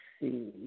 see